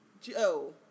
Joe